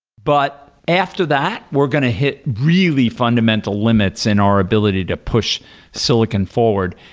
but after that, we're going to hit really fundamental limits in our ability to push silicon forward.